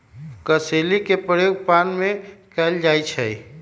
कसेली के प्रयोग पान में कएल जाइ छइ